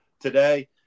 today